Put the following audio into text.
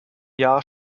jahr